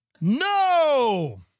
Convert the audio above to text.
No